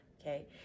okay